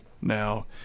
now